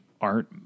art